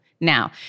Now